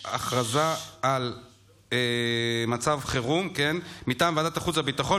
לעניין ההכרזה על מצב חירום: מטעם ועדת החוץ והביטחון,